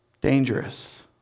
Dangerous